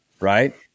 right